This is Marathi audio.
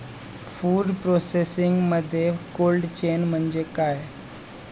फूड प्रोसेसिंगमध्ये कोल्ड चेन म्हणजे काय?